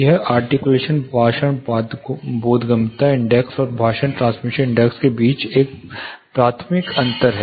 यह आर्टिक्यूलेशन भाषण बोधगम्यता इंडेक्स और भाषण ट्रांसमिशन इंडेक्स के बीच एक प्राथमिक अंतर है